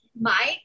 Mike